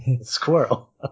squirrel